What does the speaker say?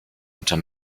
unter